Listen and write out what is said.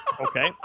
Okay